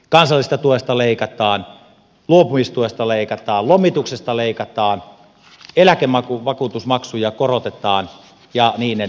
kansallisesta tuesta leikataan luopumistuesta leikataan lomituksesta leikataan eläkevakuutusmaksuja korotetaan ja niin edelleen